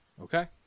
Okay